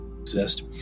exist